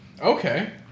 okay